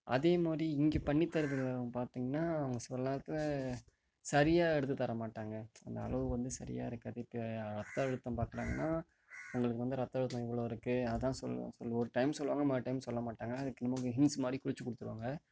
அதே மாதிரி இங்கே பண்ணித்தரது பார்த்திங்கனா சில நேரத்தில் சரியா எடுத்து தரமாட்டாங்க அந்த அளவு வந்து சரியாக இருக்காது இப்போ வந்து ரத்த அழுத்தம் பாக்கிறாங்கன்னா உங்களுக்கு வந்து ரத்த அழுத்தம் இவ்வளோ இருக்கு அதான் சொல்லுவோம் சொல்லு ஒரு டைம் சொல்வாங்க மறு டைம் சொல்ல மாட்டாங்க அதுக்கு ஹின்ட்ஸ் மாதிரி குறித்து கொடுத்துடுவாங்க